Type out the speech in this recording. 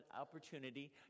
opportunity